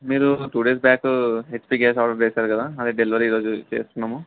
మీరు two days back HP gas order చేశారు కదా అది డెలివరీ ఈ రోజు చేస్తున్నాము